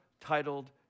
titled